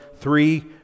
three